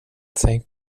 tänk